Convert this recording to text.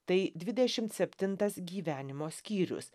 tai dvidešimt septintas gyvenimo skyrius